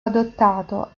adottato